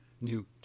new